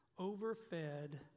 overfed